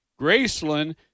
Graceland